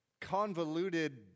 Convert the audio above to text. convoluted